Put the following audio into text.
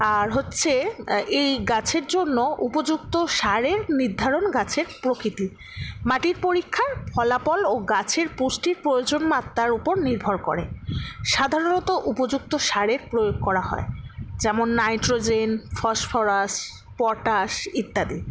আর হচ্ছে এই গাছের জন্য উপযুক্ত সারের নির্ধারণ গাছের প্রকৃতি মাটির পরীক্ষার ফলাফল ও গাছের পুষ্টির প্রয়োজন মাত্রার উপর নির্ভর করে সাধারণত উপযুক্ত সারের প্রয়োগ করা হয় যেমন নাইট্রোজেন ফসফরাস পটাশ ইত্যাদি